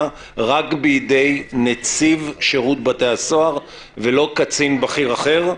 רק בידי נציג שירות בתי הסוהר ולא קצין בכיר אחר,